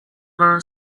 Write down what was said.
were